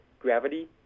gravity